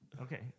Okay